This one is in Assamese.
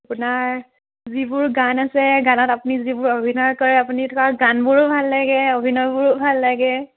আপোনাৰ যিবোৰ গান আছে গানত আপুনি যিবোৰ অভিনয় কৰে আপুনি থকা গানবোৰো ভাল লাগে অভিনয়বোৰো ভাল লাগে